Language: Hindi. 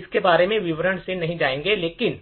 हम इसके बारे में विवरण में नहीं जाएंगे लेकिन